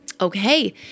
Okay